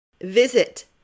Visit